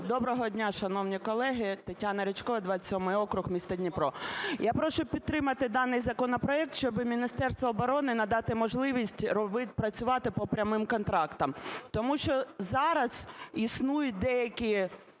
Доброго дня, шановні колеги! Тетяна Ричкова, 27 округ, місто Дніпро. Я прошу підтримати даний законопроект, щоби Міністерству оборони надати можливість працювати по прямим контрактам. Тому що зараз існують деякі